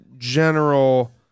general